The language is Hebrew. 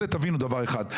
זה תבינו דבר אחד.